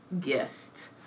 guest